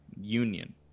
union